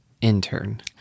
intern